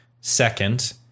second